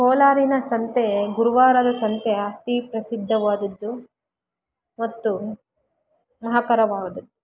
ಕೋಲಾರಿನ ಸಂತೆ ಗುರುವಾರದ ಸಂತೆ ಅತಿ ಪ್ರಸಿದ್ಧವಾದದ್ದು ಮತ್ತು ಮಹಾಕರವಾದು